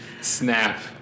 Snap